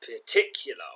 particular